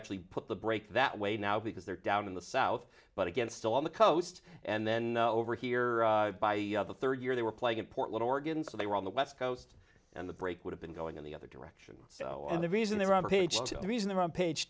actually put the break that way now because they're down in the south but again still on the coast and then over here by the third year they were playing in portland oregon so they were on the west coast and the break would have been going in the other direction so and the reason they were the reason they're on page